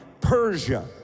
Persia